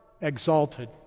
exalted